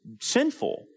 sinful